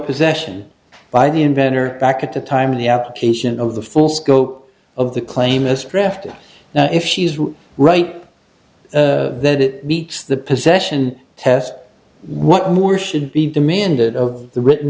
possession by the inventor back at the time of the application of the full scope of the claim ist reffed now if she's right that it meets the possession test what more should be demanded of the written